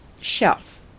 shelf